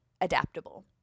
adaptable